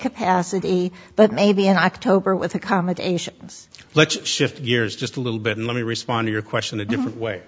capacity but maybe an october with accommodations let's shift gears just a little bit and let me respond to your question a different way